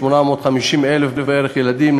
850,000 ילדים בערך,